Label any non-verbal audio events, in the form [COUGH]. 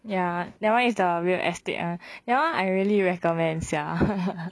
ya that [one] is the real estate [one] that [one] I really recommend sia [LAUGHS]